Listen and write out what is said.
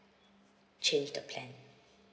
change the plan